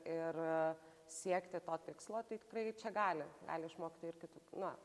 ir a siekti to tikslo tai tikrai čia gali gali išmokti ir kituk na